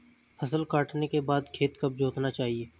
फसल काटने के बाद खेत कब जोतना चाहिये?